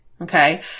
okay